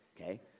Okay